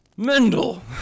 Mendel